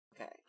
Okay